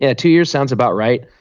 ah two years sounds about right.